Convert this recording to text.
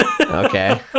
Okay